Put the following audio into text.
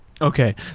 Okay